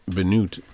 benieuwd